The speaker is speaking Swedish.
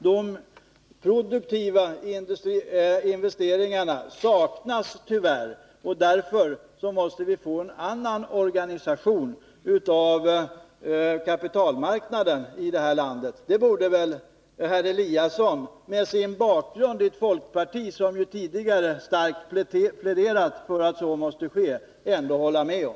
De produktiva investeringarna saknas tyvärr. Därför måste vi få en annan organisation av kapitalmarknaden i vårt land. Det borde herr Eliasson, med sin bakgrund i ett folkparti som tidigare starkt pläderat för att så måste ske, kunna hålla med om.